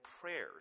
prayers